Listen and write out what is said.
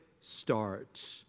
start